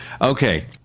Okay